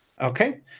okay